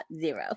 zero